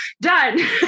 done